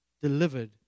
delivered